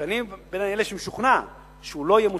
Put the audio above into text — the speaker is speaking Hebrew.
שאני בין אלה שמשוכנעים שהוא לא יהיה מוצלח.